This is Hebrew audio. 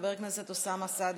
חבר הכנסת אוסאמה סעדי,